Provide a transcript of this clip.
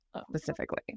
specifically